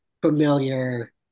familiar